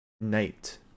Night